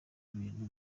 ibintu